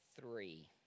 three